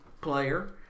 player